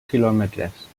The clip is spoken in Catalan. quilòmetres